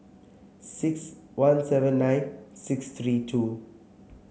six one seven nine six three two